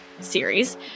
series